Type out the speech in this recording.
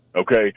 okay